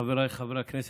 חבריי חברי הכנסת,